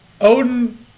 Odin